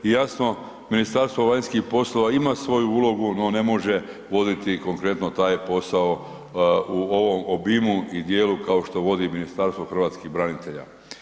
I jasno Ministarstvo vanjskih poslova ima svoju ulogu no ne može voditi konkretno taj posao u ovom obimu i dijelu kao što vodi Ministarstvo hrvatskih branitelja.